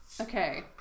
Okay